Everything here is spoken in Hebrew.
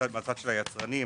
מהצד של היצרנים,